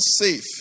safe